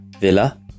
Villa